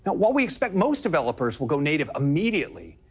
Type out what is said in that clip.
but while we expect most developers will go native immediately,